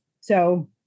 So-